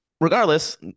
regardless